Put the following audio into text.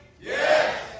Yes